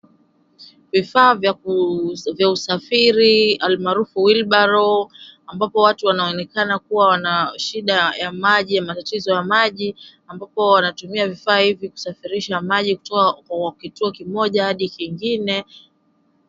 Vifaa vya usafiri, almaarufu wheelbarrow , ambapo watu wanaonekana kuwa wana shida ya maji, matatizo ya maji. Ambapo wanatumia vifaa hivi kusafirisha maji kutoka kituo kimoja hadi kingine.